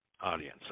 audience